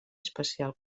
especial